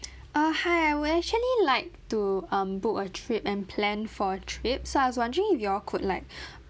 uh hi I would actually like to um book a trip and plan for trip so I was wondering if you all could like